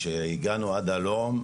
שהגענו עד הלום,